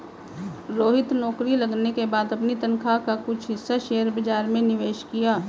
रोहित नौकरी लगने के बाद अपनी तनख्वाह का कुछ हिस्सा शेयर बाजार में निवेश किया